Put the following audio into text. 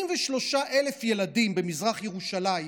23,000 ילדים במזרח ירושלים